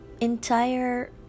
entire